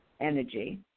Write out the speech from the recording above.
energy